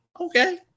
Okay